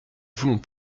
voulons